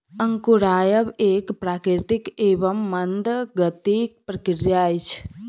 अंकुरायब एक प्राकृतिक एवं मंद गतिक प्रक्रिया अछि